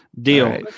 deal